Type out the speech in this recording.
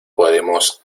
podemos